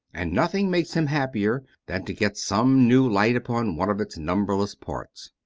and nothing makes him happier than to get some new light upon one of its numberless parts.